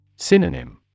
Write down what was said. Synonym